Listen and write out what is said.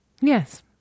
Yes